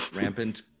rampant